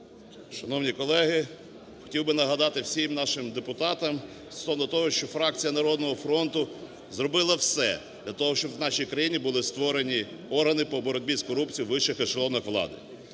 Шановні колеги, хотів би нагадати всім нашим депутатам стосовно того, що фракція "Народного фронту" зробила все, для того щоб у нашій країні були створені органи по боротьбі з корупцією у вищих ешелонах влади.